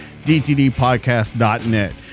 dtdpodcast.net